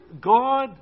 God